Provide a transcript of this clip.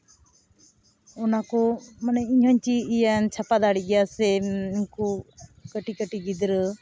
ᱚᱱᱟ ᱠᱚ ᱢᱟᱱᱮ ᱤᱧ ᱦᱚᱧ ᱪᱮᱫ ᱜᱮᱭᱟ ᱪᱷᱟᱯᱟ ᱫᱟᱲᱮᱜ ᱜᱮᱭᱟ ᱥᱮ ᱩᱝᱠᱩ ᱠᱟᱹᱴᱤᱡ ᱠᱟᱹᱴᱤᱡ ᱜᱤᱫᱽᱨᱟᱹ